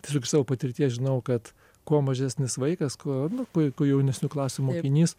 tiesiog iš savo patirties žinau kad kuo mažesnis vaikas kuo nu kuo kuo jaunesnių klasių mokinys